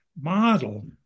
model